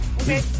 okay